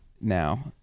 now